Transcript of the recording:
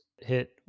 hit